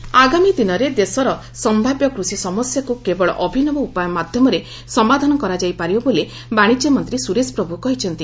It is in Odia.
ଇନୋଭେସନ୍ ଆଗାମୀ ଦିନରେ ଦେଶର ସମ୍ଭାବ୍ୟ କୃଷି ସମସ୍ୟାକୁ କେବଳ ଅଭିନବ ଉପାୟ ମାଧ୍ୟମରେ ସମାଧାନ କରାଯାଇପାରିବ ବୋଲି ବାଶିକ୍ୟ ମନ୍ତ୍ରୀ ସୁରେଶ ପ୍ରଭୁ କହିଛନ୍ତି